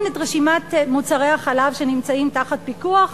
את רשימת מוצרי החלב שנמצאים תחת פיקוח,